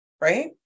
right